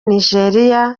niger